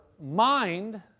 mind